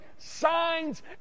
signs